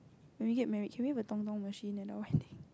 when we get married can we have a machine at our wedding